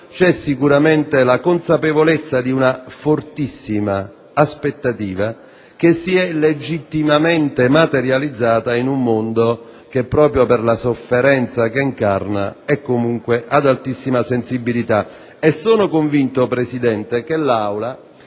è certamente la consapevolezza di una fortissima aspettativa che si è legittimamente materializzata in un mondo che, proprio per la sofferenza che incarna, è comunque ad altissima sensibilità. Sono convinto, signor Presidente, che l'Aula